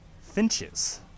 Finches